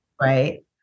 Right